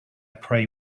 prey